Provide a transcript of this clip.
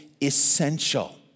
essential